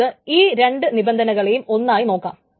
നമുക്ക് ഈ രണ്ട് നിബന്ധനകളെയും ഒന്നായി നോക്കാം